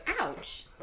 Ouch